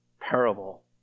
parable